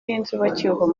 y’inzibacyuho